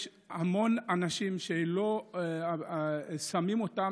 יש המון אנשים ששמים אותם,